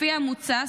לפי המוצע,